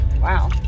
Wow